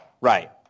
Right